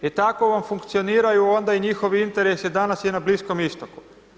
I tako vam funkcioniraju onda i njihovi interesi, danas je na Bliskom Istoku.